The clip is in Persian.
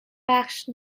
بخش